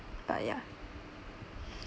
but ya